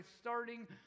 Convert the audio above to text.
starting